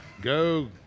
go